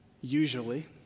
usually